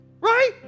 Right